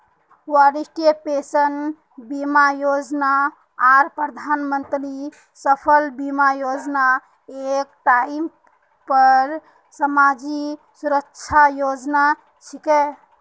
वरिष्ठ पेंशन बीमा योजना आर प्रधानमंत्री फसल बीमा योजना एक टाइपेर समाजी सुरक्षार योजना छिके